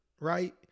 right